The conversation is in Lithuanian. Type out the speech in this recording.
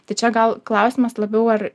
tai čia gal klausimas labiau ar